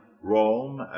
Rome